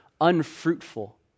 unfruitful